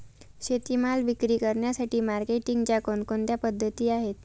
शेतीमाल विक्री करण्यासाठी मार्केटिंगच्या कोणकोणत्या पद्धती आहेत?